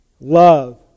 love